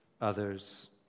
others